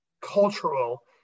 cultural